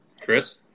Chris